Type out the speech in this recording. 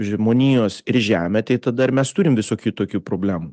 žmonijos ir žeme tai tada mes turim visokių tokių problemų